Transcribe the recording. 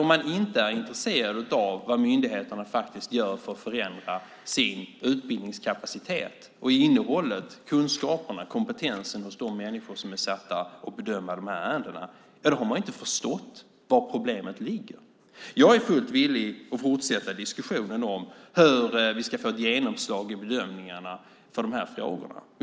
Om man inte är intresserad av vad myndigheterna faktiskt gör för att förändra sin utbildningskapacitet och innehållet, kunskaperna och kompetensen hos de människor som är satta att bedöma dessa ärenden då har man inte förstått var problemet ligger. Jag är fullt villig att fortsätta diskussionen om hur vi ska få ett genomslag i bedömningarna för dessa frågor.